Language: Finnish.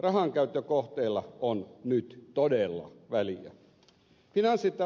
rahankäyttökohteilla on nyt todella väliä